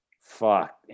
Fuck